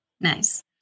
Nice